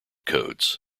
codes